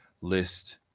list